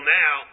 now